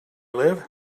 live